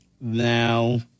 now